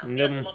你的 m~